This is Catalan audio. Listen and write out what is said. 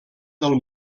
del